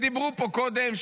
דיברו פה קודם,